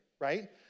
right